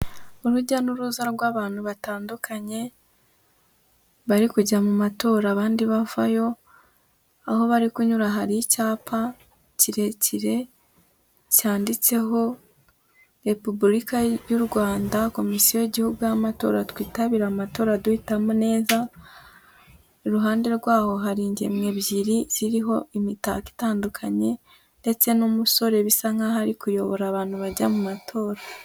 Urujya n'uruza rw'abantu batandukanye bari kujya mu matora abandi bavayo aho bari kunyura hari icyapa kirekire cyanditseho Repubulika y'u Rwanda komisiyo y'igihugu y'amatora twitabirevamatora duhitamo neza iruhande rwaho hari ingemwe ebyiri ziriho imitako itandukanye ndetse n'umusore bisa nk'aho ari kuyobora abantu bajya mu matora.